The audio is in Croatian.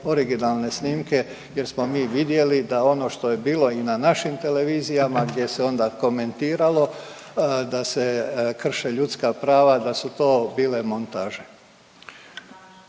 originalne snimke jer smo mi vidjeli da ono što je bilo i na našim televizijama gdje se onda komentiralo, da se krše ljudska prava, da su to bile montaže.